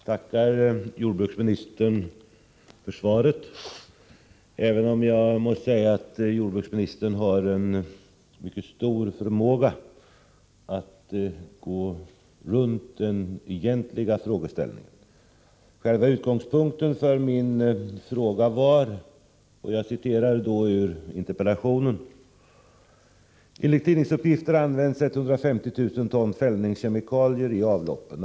Herr talman! Jag tackar jordbruksministern för svaret, även om jag måste säga att jordbruksministern har en mycket stor förmåga att gå runt den egentliga frågeställningen. Själva utgångspunkten för min interpellation var följande: ”Enligt tidningsuppgifter används 150 000 ton fällningskemikalier i avloppen.